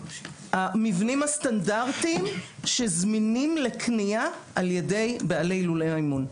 המבנים הסטנדרטיים שזמינים לקנייה על ידי בעלי לולי האימון.